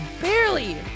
barely